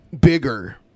Bigger